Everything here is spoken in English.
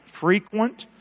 frequent